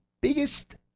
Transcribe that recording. biggest